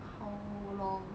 how long